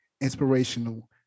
inspirational